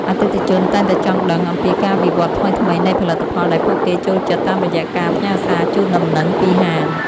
អតិថិជនតែងតែចង់ដឹងអំពីការវិវត្តថ្មីៗនៃផលិតផលដែលពួកគេចូលចិត្តតាមរយៈការផ្ញើសារជូនដំណឹងពីហាង។